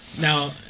Now